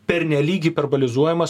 pernelyg hiperbolizuojamas